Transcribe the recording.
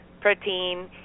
protein